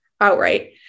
outright